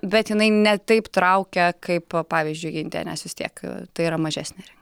bet jinai ne taip traukia kaip pavyzdžiui indija nes vis tiek tai yra mažesnė rinka